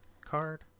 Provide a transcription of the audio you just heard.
card